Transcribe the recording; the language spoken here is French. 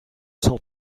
cent